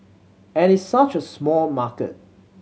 and it's such a small market